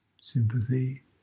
sympathy